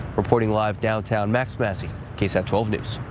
reporting live downtown, max massey, ksat twelve news.